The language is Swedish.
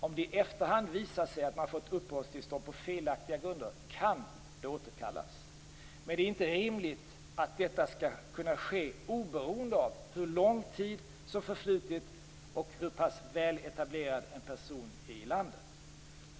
Om det i efterhand visar sig att man har fått uppehållstillstånd på felaktiga grunder kan det återkallas. Men det är inte rimligt att detta skall kunna ske oberoende av hur lång tid som förflutit och hur pass väl etablerad en person är i landet.